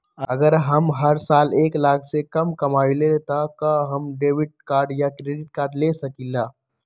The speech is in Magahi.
अगर हम हर साल एक लाख से कम कमावईले त का हम डेबिट कार्ड या क्रेडिट कार्ड ले सकीला?